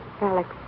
Alex